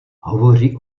hovoří